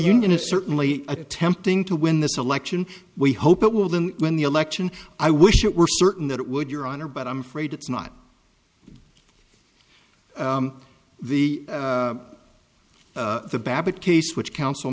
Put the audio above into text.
union is certainly attempting to win this election we hope it will then when the election i wish it were certain that it would your honor but i'm afraid it's not the the babbitt case which coun